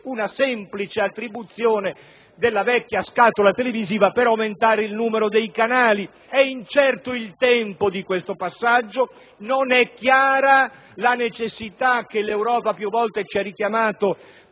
una semplice attribuzione della vecchia scatola televisiva per aumentare il numero dei canali. È incerto il tempo di questo passaggio e non è chiara la necessità - che l'Europa più volte ci ha richiamato